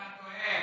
אתה טועה.